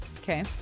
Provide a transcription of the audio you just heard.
Okay